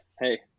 Hey